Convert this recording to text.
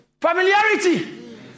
Familiarity